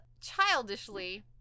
childishly